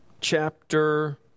chapter